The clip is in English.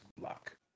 luck